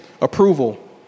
approval